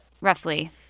Roughly